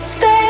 Stay